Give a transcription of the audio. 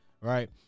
right